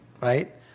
right